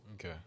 okay